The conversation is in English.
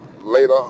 later